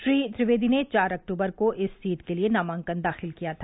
श्री त्रिवेदी ने चार अक्तूबर को इस सीट के लिए नामांकन दाखिल किया था